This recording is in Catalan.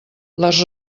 les